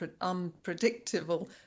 unpredictable